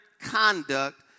conduct